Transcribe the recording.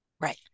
Right